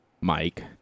Mike